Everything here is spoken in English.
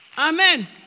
Amen